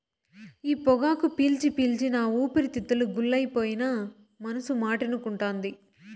ఈ పొగాకు పీల్చి పీల్చి నా ఊపిరితిత్తులు గుల్లైపోయినా మనసు మాటినకుంటాంది